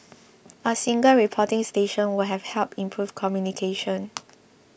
a single reporting station would have helped improve communication